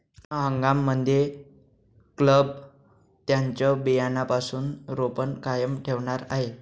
पूर्ण हंगाम मध्ये क्लब त्यांचं बियाण्यापासून रोपण कायम ठेवणार आहे